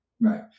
Right